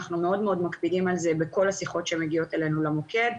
אנחנו מאוד מקפידים על זה בכל השיחות שמגיעות אלינו למוקד,